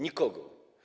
Nikogo.